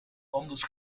anders